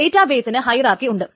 data ബെയ്സിന് hierarchy ഉണ്ട്